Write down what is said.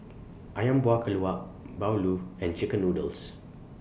Ayam Buah Keluak Bahulu and Chicken Noodles